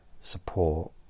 support